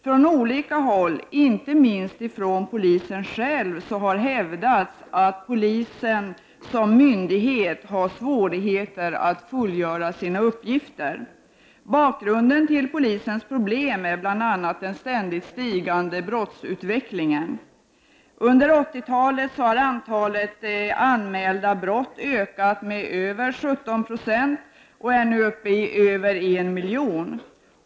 Från olika håll, inte minst från polisen själv, har hävdats att polisen som myndighet har svårigheter att fullgöra sina uppgifter. Bakgrunden till polisens problem är bl.a. den ständigt stigande brottsligheten. Under 1980-talet har antalet anmälda brott ökat med över 17 70 och är nu uppe i över 1 miljon.